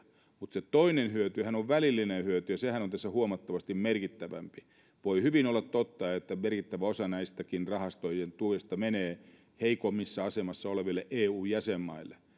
mutta se toinen hyötyhän on välillinen hyöty ja sehän on tässä huomattavasti merkittävämpi voi hyvin olla totta että merkittävä osa näistäkin rahastojen tuista menee heikoimmassa asemassa oleville eu jäsenmaille